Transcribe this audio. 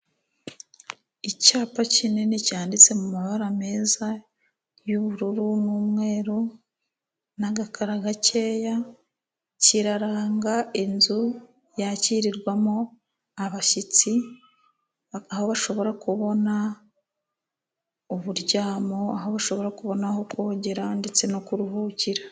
Icyapa kinini cyanditse mu mabara meza y'ubururu n'umweru, n'agakara gakeya. Kiraranga inzu yakirirwamo abashyitsi, aho bashobora kubona uburyamo aho bashobora kubona aho kugera, ndetse no kuruhukira.